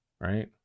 right